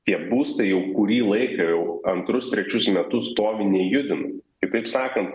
tie būstai jau kurį laiką jau antrus trečius metus stovi nejudinami kitaip sakant